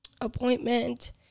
appointment